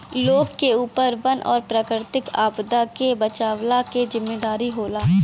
लोग के ऊपर वन और प्राकृतिक संपदा के बचवला के जिम्मेदारी होला